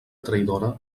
traïdora